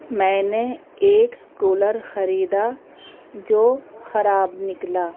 میں نے ایک کولر خریدا جو خراب نکلا